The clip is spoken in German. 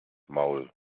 maul